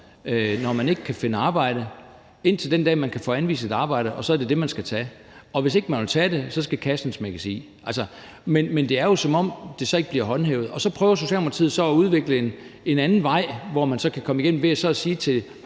når man ikke kan finde arbejde, indtil den dag man kan få anvist et arbejde, og så er det det, man skal tage. Og hvis ikke man vil tage det, skal kassen smækkes i. Men det er jo, som om det så ikke bliver håndhævet, og så prøver Socialdemokratiet så at udvikle en anden vej, hvor man så kan komme igennem ved at sige til